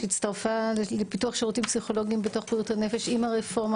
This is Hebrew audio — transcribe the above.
שהצטרפה לפיתוח שירותים פסיכולוגיים בתוך בריאות הנפש עם הרפורמה,